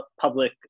public